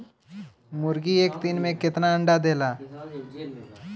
मुर्गी एक दिन मे कितना अंडा देला?